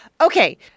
Okay